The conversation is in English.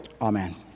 amen